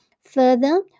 Further